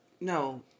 No